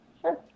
Sure